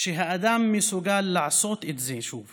שהאדם מסוגל לעשות את זה שוב